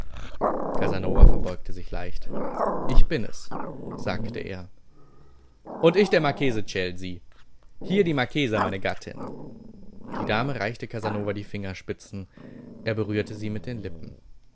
casanova verbeugte sich leicht ich bin es sagte er und ich der marchese celsi hier die marchesa meine gattin die dame reichte casanova die fingerspitzen er berührte sie mit den lippen